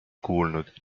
kuulnud